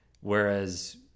whereas